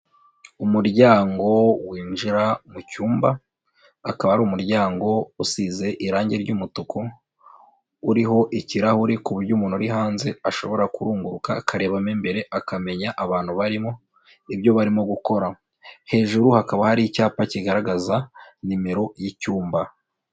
Umuryango winjira mu cyumba, akaba ari umuryango usize irangi ry'umutuku, uriho ikirahuri ku buryo umuntu uri hanze ashobora kurunguka akareba mo mbere akamenya abantu barimo ibyo barimo gukora, hejuru hakaba hari icyapa kigaragaza nimero y'icyumba.